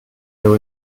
jew